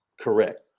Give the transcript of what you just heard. correct